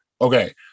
Okay